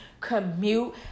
commute